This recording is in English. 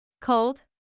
Cold